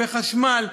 בחשמל,